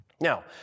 Now